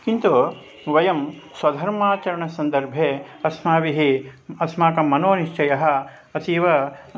किन्तु वयं स्वधर्माचरणसन्दर्भे अस्माभिः अस्माकं मनोनिश्चयः अतीव